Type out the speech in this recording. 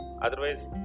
Otherwise